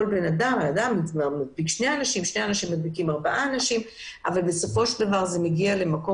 אדם מדביק שניים ושניים מדביקים ארבעה אבל בסופו של דבר זה מגיע למצב